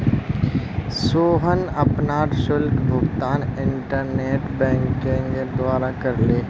सोहन अपनार शुल्क भुगतान इंटरनेट बैंकिंगेर द्वारा करले